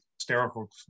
hysterical